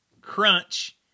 Crunch